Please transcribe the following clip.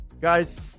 guys